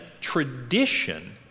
tradition